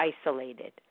isolated